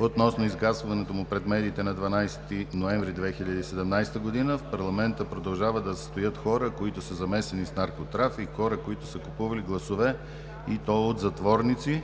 относно изказването му пред медиите на 12 ноември 2017 г. – „В парламента продължават да стоят хора, които са замесени с наркотрафик, хора, които са купували гласове, и то от затворници.“